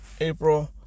April